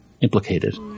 implicated